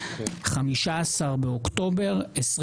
15 באוקטובר 2023,